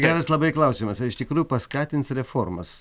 geras labai klausimas ar iš tikrųjų paskatins reformas